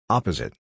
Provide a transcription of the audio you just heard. Opposite